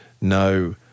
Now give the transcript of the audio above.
no